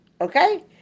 Okay